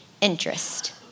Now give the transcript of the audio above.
interest